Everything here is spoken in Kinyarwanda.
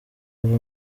ava